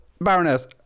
Baroness